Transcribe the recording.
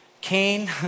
Cain